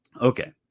Okay